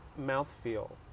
mouthfeel